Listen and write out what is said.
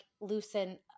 loosen